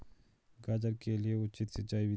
गाजर के लिए उचित सिंचाई विधि?